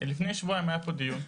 לפני שבועיים היה פה דיון.